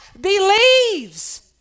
believes